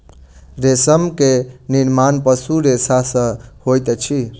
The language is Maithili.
रेशम के निर्माण पशु रेशा सॅ होइत अछि